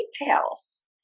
details